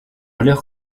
leur